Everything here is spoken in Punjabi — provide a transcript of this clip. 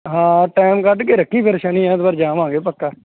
ਹਾਂ ਟਾਈਮ ਕੱਢ ਕੇ ਰੱਖੀ ਫਿਰ ਸ਼ਨੀ ਐਤਵਾਰ ਜਾਵਾਂਗੇ ਪੱਕਾ